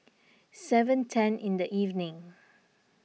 seven ten in the evening